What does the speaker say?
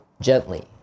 gently